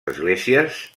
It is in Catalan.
esglésies